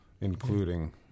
including